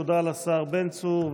תודה לשר בן צור.